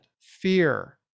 fear